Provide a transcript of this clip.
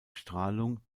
strahlung